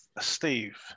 Steve